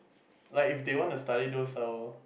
like if they want to study those uh